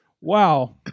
Wow